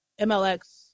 MLX